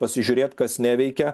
pasižiūrėt kas neveikia